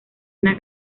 una